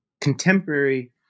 contemporary